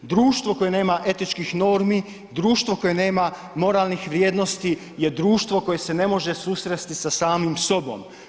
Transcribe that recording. Društvo koje nema etičkih normi, društvo koje nema moralnih vrijednosti je društvo koje se ne može susresti sa samim sobom.